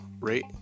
rate